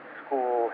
school